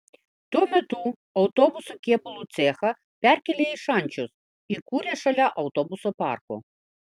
tuo metu autobusų kėbulų cechą perkėlė į šančius įkūrė šalia autobusų parko